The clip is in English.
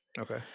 Okay